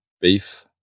Beef